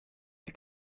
the